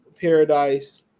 paradise